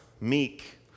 Meek